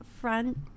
front